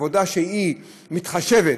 עבודה שהיא מתחשבת.